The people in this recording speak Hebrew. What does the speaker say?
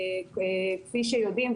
כפי שיודעים,